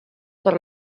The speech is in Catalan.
per